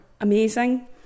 amazing